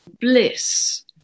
Bliss